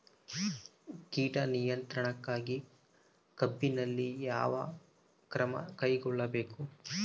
ಕೇಟ ನಿಯಂತ್ರಣಕ್ಕಾಗಿ ಕಬ್ಬಿನಲ್ಲಿ ಯಾವ ಕ್ರಮ ಕೈಗೊಳ್ಳಬೇಕು?